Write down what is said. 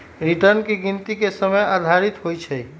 return की गिनति के समय आधारित होइ छइ